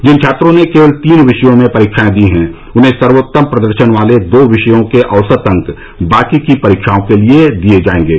जिन छात्रों ने केवल तीन विषयों में परीक्षाएं दी हैं उन्हें सर्वोत्तम प्रदर्शन वाले दो विषयों के औसत अंक बाकी की परीक्षाओं के लिए दिए जाएंगे